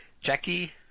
Jackie